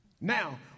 Now